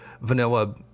vanilla